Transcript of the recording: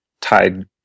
tied